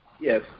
Yes